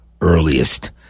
earliest